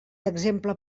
exemple